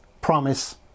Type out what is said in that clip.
promise